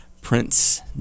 Prince